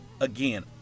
Again